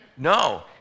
no